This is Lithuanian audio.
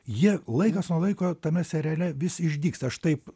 jie laikas nuo laiko tame seriale vis išdygsta aš taip